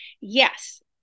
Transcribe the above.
yes